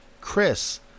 Chris